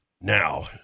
Now